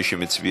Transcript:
מי בעד?